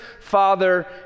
Father